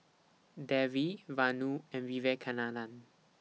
Devi Vanu and Vivekananda